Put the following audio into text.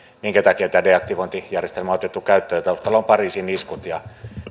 minkä takia tämä deaktivointijärjestelmä on otettu käyttöön taustalla ovat pariisin iskut ja